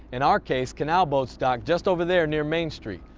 in our case, canal boats dock just over there near main street.